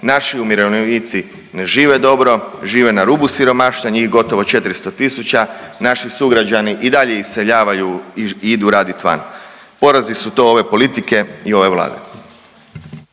naši umirovljenici ne žive dobro, žive na rubu siromaštva njih gotovo 400.000, naši sugrađani i dalje iseljavaju i idu radit van. Porazi su to ove politike i ove Vlade.